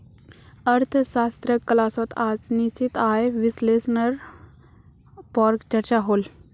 अर्थशाश्त्र क्लास्सोत आज निश्चित आय विस्लेसनेर पोर चर्चा होल